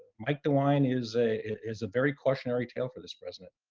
mike dewine is a is a very cautionary tale for this president.